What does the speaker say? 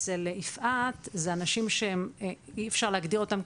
אצל יפעת זה אנשים שאי אפשר להגדיר אותם,